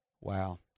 Wow